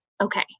okay